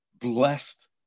blessed